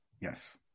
Yes